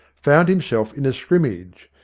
found himself in a scrimmage,